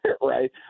right